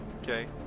Okay